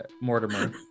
mortimer